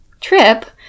trip